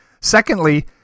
Secondly